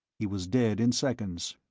he was dead in seconds.